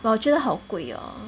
but 我觉得好贵 orh